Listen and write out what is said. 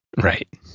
right